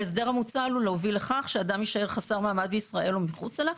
ההסדר המוצע עלול להוביל לכך שאדם יישאר חסר מעמד בישראל ומחוצה לה,